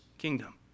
kingdom